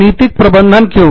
रणनीतिक प्रबंधन क्यों